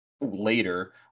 later